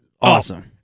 awesome